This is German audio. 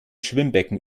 schwimmbecken